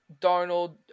Darnold